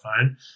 phone